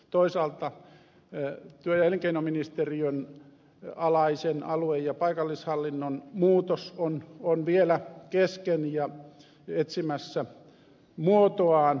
toisaalta työ ja elinkeinoministeriön alaisen alue ja paikallishallinnon muutos on vielä kesken ja etsimässä muotoaan